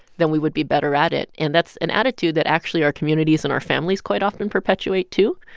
then we would be better at it and that's an attitude that actually our communities and our families quite often perpetuate too.